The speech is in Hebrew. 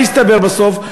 מה הסתבר בסוף?